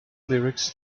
lyrics